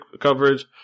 coverage